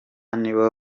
nibo